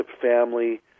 family